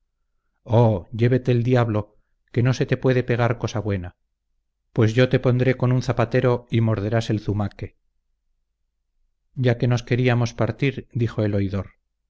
llévete el diablo que no te se puede pegar cosa buena pues yo te pondré con un zapatero y morderás el zumaque ya que nos queríamos partir dijo el oidor